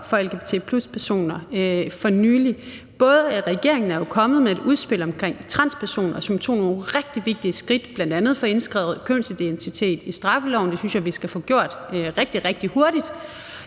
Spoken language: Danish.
for lgbt+-personer for nylig. Regeringen er jo kommet med et udspil omkring transpersoner, som tog nogle rigtig vigtige skridt, bl.a. at få indskrevet kønsidentitet i straffeloven. Det synes jeg vi skal få gjort rigtig, rigtig hurtigt,